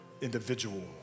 individual